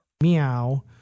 Meow